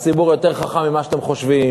הציבור יותר חכם ממה שאתם חושבים.